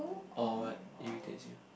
or what irritates you